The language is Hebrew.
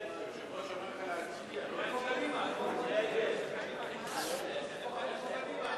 בל"ד חד"ש רע"ם-תע"ל להביע אי-אמון בממשלה לא נתקבלה.